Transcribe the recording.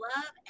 love